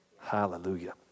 Hallelujah